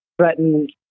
threatened